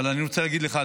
אבל אני רוצה להגיד לך,